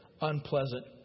unpleasant